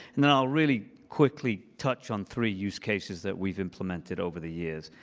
and then i'll really quickly, touch on three use cases that we've implemented over the years.